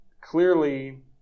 Clearly